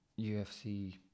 UFC